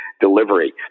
delivery